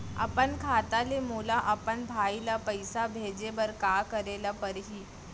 अपन खाता ले मोला अपन भाई ल पइसा भेजे बर का करे ल परही?